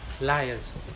liars